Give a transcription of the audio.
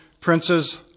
princes